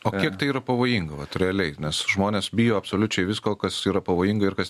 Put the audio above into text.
o kiek tai yra pavojinga vat realiai nes žmonės bijo absoliučiai visko kas yra pavojinga ir kas